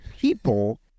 people